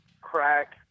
crack